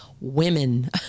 women